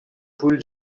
full